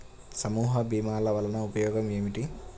సమూహ భీమాల వలన ఉపయోగం ఏమిటీ?